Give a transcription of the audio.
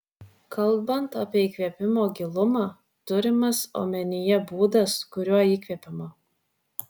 kalbant apie įkvėpimo gilumą turimas omenyje būdas kuriuo įkvepiama